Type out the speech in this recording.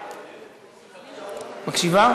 מקשיבה?